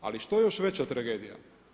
Ali što je još veća tragedija?